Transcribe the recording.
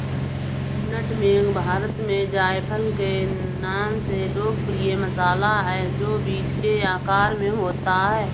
नट मेग भारत में जायफल के नाम से लोकप्रिय मसाला है, जो बीज के आकार में होता है